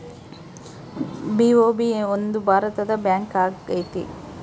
BOB ಒಂದು ಭಾರತದ bank ಆಗೈತೆ